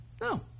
No